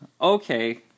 okay